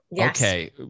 Okay